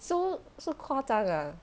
so so 夸张啊